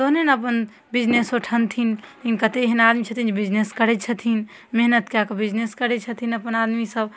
तहने ने अपन बिजनेसो ठनथिन कतेक एहन आदमी छथिन जे बिजनेस करै छथिन मेहनति कऽ कऽ बिजनेस करै छथिन अपन आदमीसभ